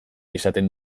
izaten